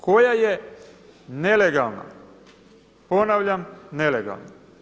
Koja ne nelegalna, ponavljam nelegalna.